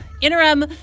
interim